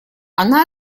она